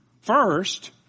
First